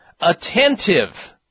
attentive